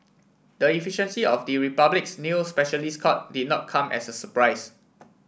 the efficiency of the Republic's new specialist court did not come as a surprise